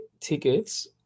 tickets